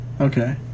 Okay